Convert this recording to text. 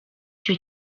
icyo